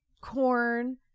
corn